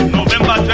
November